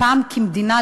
הפעם כמדינה,